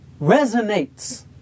Resonates